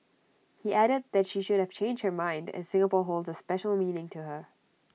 he added that she could have changed her mind as Singapore holds A special meaning to her